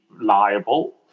liable